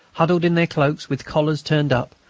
huddled in their cloaks, with collars turned up,